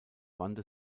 wandte